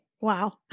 wow